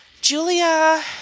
Julia